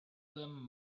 them